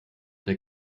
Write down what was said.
der